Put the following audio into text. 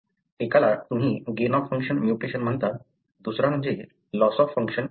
एकाला तुम्ही gain of function mutation म्हणता दुसरा म्हणजे लॉस ऑफ फंक्शन